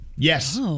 Yes